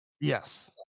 Yes